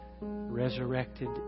resurrected